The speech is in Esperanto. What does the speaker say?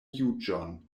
juĝon